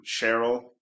Cheryl